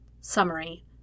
Summary